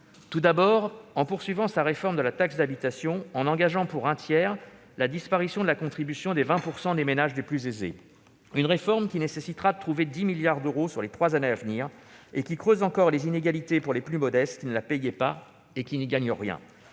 D'abord, il poursuit sa réforme de la taxe d'habitation (TH), en engageant pour un tiers la disparition de la contribution des 20 % des ménages les plus aisés. La réforme nécessitera de trouver 10 milliards d'euros sur les trois années à venir et creusera encore les inégalités au détriment des plus modestes, ceux qui ne payaient pas la TH et qui ne gagnent donc